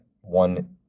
one